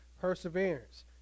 perseverance